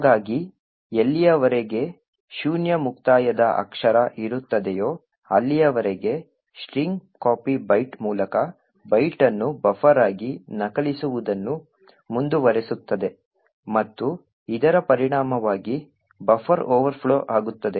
ಹಾಗಾಗಿ ಎಲ್ಲಿಯವರೆಗೆ ಶೂನ್ಯ ಮುಕ್ತಾಯದ ಅಕ್ಷರ ಇರುತ್ತದೆಯೋ ಅಲ್ಲಿಯವರೆಗೆ strcpy ಬೈಟ್ ಮೂಲಕ ಬೈಟ್ ಅನ್ನು ಬಫರ್ ಆಗಿ ನಕಲಿಸುವುದನ್ನು ಮುಂದುವರಿಸುತ್ತದೆ ಮತ್ತು ಇದರ ಪರಿಣಾಮವಾಗಿ ಬಫರ್ ಓವರ್ಫ್ಲೋ ಆಗುತ್ತದೆ